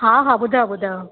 हा हा ॿुधायो ॿुधायो